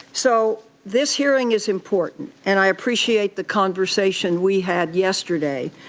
so, this hearing is important. and i appreciate the conversation we had yesterday.